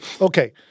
okay